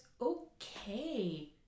okay